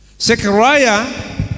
Zechariah